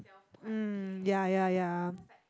mm ya ya ya